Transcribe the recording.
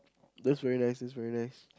that's very nice that's very nice